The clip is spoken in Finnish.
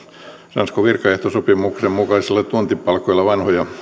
sanoisiko virkaehtosopimuksen mukaisilla tuntipalkoilla vanhoja